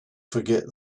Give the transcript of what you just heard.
forget